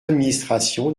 administration